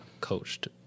coached